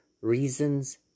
reasons